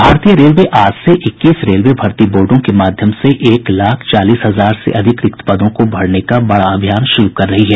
भारतीय रेलवे आज से इक्कीस रेलवे भर्ती बोर्डो के माध्यम से एक लाख चालीस हजार से अधिक रिक्त पदों को भरने का बड़ा अभियान शुरू कर रही है